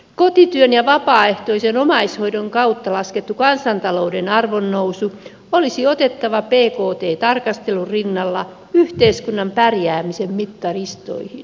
kotityön ja vapaaehtoisen omaishoidon kautta laskettu kansantalouden arvonnousu olisi otettava bkt tarkastelun rinnalla yhteiskunnan pärjäämisen mittaristoihin